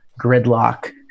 gridlock